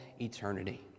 eternity